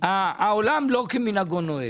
העולם לא כמנהגו נוהג,